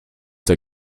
der